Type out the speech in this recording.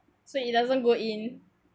so it doesn't go in